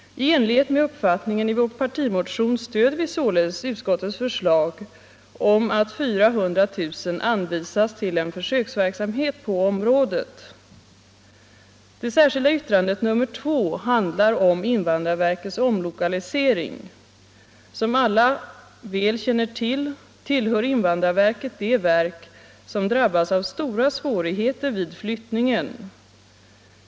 I enlighet med uppfattningen i moderaternas partimotion stödjer vi således utskottets förslag om att 400 000 kr. anvisas till en försöksverksamhet på området. Det särskilda yttrandet nr 2 handlar om invandrarverkets omlokalisering. Som alla väl känner till tillhör invandrarverket de verk som drabbas av stora svårigheter vid flyttningen.